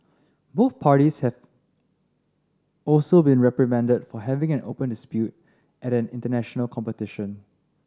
both parties have also been reprimanded for having an open dispute at an international competition